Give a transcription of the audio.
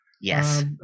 Yes